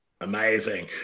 Amazing